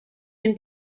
can